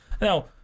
now